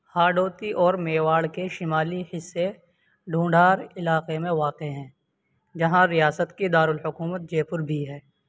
ہاڑوتی اور میواڑ کے شمالی حصے ڈھونڈھار علاقے میں واقع ہیں جہاں ریاست کی دارالحکومت جے پور بھی ہے